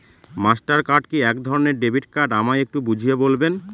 Master card কি একধরণের debit card আমায় একটু বুঝিয়ে বলবেন?